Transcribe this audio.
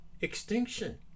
extinction